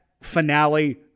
finale